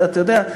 אתה יודע,